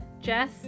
jess